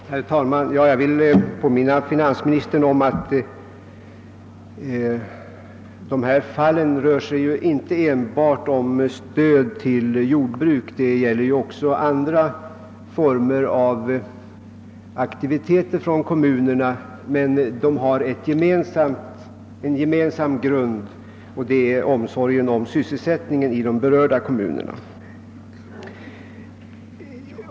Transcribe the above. Herr talman! Jag vill påminna finansministern om att de aktuella fallen inte enbart handlar om stöd till jordbruk utan också om andra former av aktiviteter hos kommunerna. De har emellertid en gemensam grund, nämligen omsorgen om sysselsättningen i de berörda kommunerna.